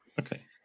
Okay